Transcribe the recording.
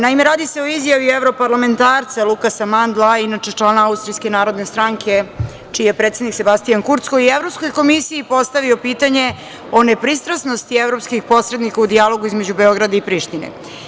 Naime, radi se o izjavi evroparlamentarca Lukasa Mandla, inače člana Austrijske narodne stranke, čiji je predsednik Sebastijan Kurc, koji je Evropskoj komisiji postavio pitanje o nepristrasnosti evropskih posrednika u dijalogu između Beograda i Prištine.